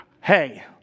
hey